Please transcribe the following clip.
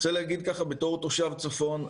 בתור תושב צפון,